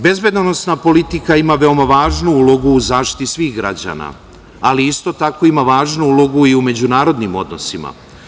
Bezbedonosna politika ima veoma važnu ulogu u zaštiti svih građana, ali isto tako ima važnu ulogu i u međunarodnim odnosima.